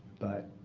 but